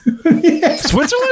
Switzerland